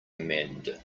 mend